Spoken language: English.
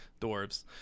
Dwarves